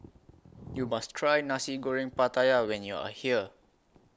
YOU must Try Nasi Goreng Pattaya when YOU Are here